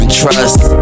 trust